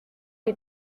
les